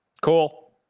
Cool